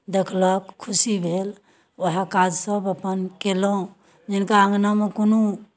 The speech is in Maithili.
देखलक खुशी भेल उएह काजसभ अपन कयलहुँ जिनका अङनामे कोनो